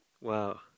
Wow